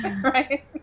right